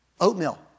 oatmeal